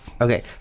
Okay